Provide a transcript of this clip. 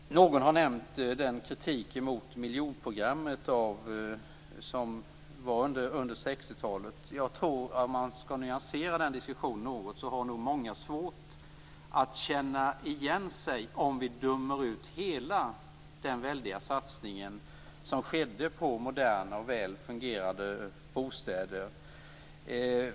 Någon har nämnt kritiken mot miljonprogrammet under 60-talet. Jag tror att om man skall nyansera den diskussionen något har nog många svårt att känna igen sig om vi dömer ut hela den väldiga satsning som skedde på moderna och väl fungerande bostäder.